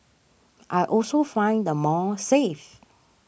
I also find the mall safe